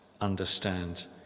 understand